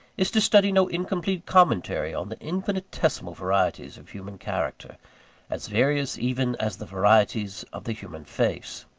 is to study no incomplete commentary on the infinitesimal varieties of human character as various even as the varieties of the human face.